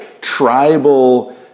tribal